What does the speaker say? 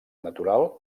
natural